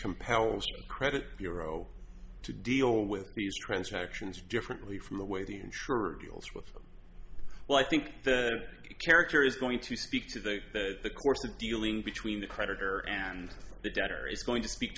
compels credit bureau to deal with transactions differently from the way the insurer deals with well i think the character is going to speak to those that the course is dealing between the creditor and the debtor is going to speak